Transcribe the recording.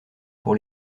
pour